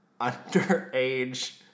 underage